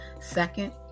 Second